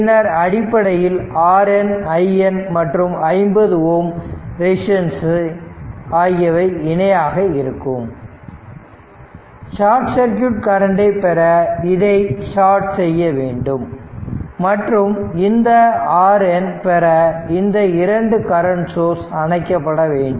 பின்னர் அடிப்படையில் RN IN மற்றும் 50 ஓம் ரெசிஸ்டன்ஸ ஆகியவை இணையாக இருக்கும் ஷார்ட் சர்க்யூட் கரண்டை பெற இதை சாட் செய்ய வேண்டும் மற்றும் இந்த RN பெற இந்த இரண்டு கரண்ட் சோர்ஸ் அணைக்கப்பட வேண்டும்